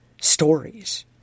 stories